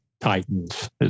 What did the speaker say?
Titans